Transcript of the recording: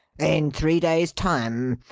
in three days' time.